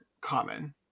common